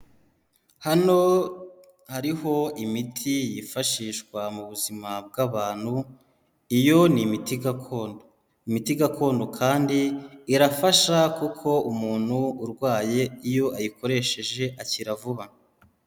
Hano hariho imiti yifashishwa mu buzima bw'abantu. Iyo ni imiti gakondo, imiti gakondo kandi irafasha kuko umuntu urwaye iyo ayikoresheje akira vuba.